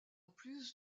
plus